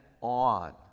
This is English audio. on